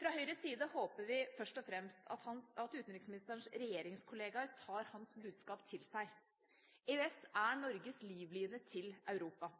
Fra Høyres side håper vi først og fremst at utenriksministerens regjeringskollegaer tar hans budskap til seg. EØS er Norges livline til Europa.